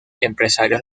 empresarios